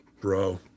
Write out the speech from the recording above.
bro